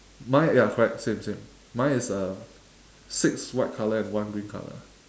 mine ya correct same same mine is uh six white colour and one green colour